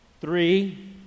three